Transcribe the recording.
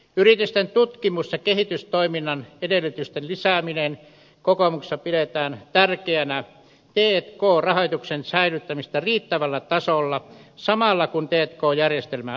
yritysten tutkimus ja kehitystoiminnan edellytysten lisäämistä kokoomuksessa pidetään tärkeänä t k rahoituksen säilyttämistä riittävällä tasolla samalla kun t k järjestelmää uudistetaan